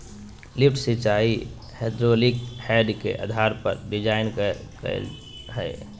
lift सिंचाई hydraulic head के आधार पर डिजाइन कइल हइ